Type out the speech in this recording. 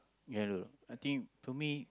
yeah I don't know I think for me